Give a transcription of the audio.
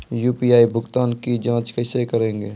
UPI भुगतान की जाँच कैसे करेंगे?